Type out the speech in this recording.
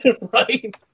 Right